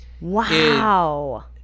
Wow